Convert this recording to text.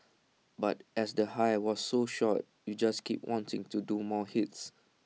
but as the high was so short you just keep wanting to do more hits